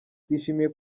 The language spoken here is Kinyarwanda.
twishimiye